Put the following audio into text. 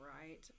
right